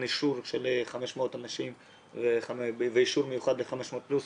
אישור ל-500 אנשים ואישור מיוחד ל-500 פלוס,